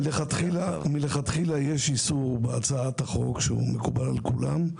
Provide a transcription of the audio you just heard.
מלכתחילה יש איסור בהצעת החוק, שמקובל על כולם,